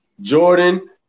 Jordan